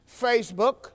Facebook